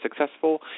successful